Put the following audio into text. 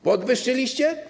Podwyższyliście?